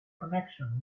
connection